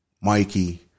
Mikey